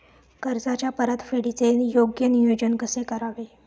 कर्जाच्या परतफेडीचे योग्य नियोजन कसे करावे?